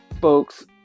Folks